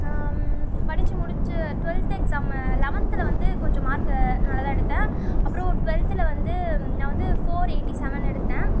படித்து முடித்து twelfth exam லெவன்த்தில் வந்து கொஞ்சம் மார்க்கு நல்லாதான் எடுத்தேன் அப்றம் டுவெல்த்தில் வந்து நான் வந்து ஃபோர் எய்ட்டி செவன் எடுத்தேன்